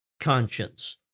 conscience